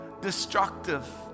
destructive